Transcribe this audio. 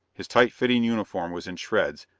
his tight-fitting uniform was in shreds,